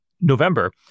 November